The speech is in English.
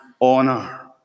honor